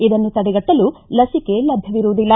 ಇದನ್ನು ತಡೆಗಟ್ಟಲು ಲಸಿಕೆ ಲಭ್ಯವಿರುವುದಿಲ್ಲ